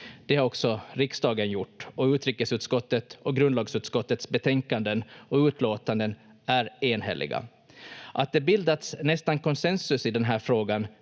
Det har också riksdagen gjort, och utrikesutskottets och grundlagsutskottets betänkanden och utlåtanden är enhälliga. Att det bildats nästan konsensus i den här frågan